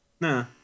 Nah